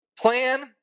Plan